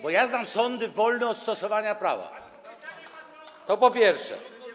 Bo ja znam sądy wolne od stosowania prawa, to po pierwsze.